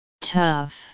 TOUGH